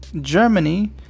Germany